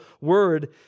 word